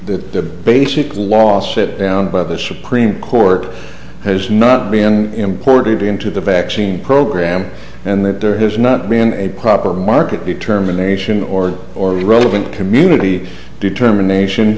the basic law shit down by the supreme court has not been imported into the vaccine program and that there has not been a proper market determination or or relevant community determination